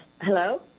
Hello